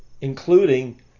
including